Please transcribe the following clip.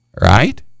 right